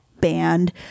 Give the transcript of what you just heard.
band